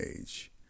age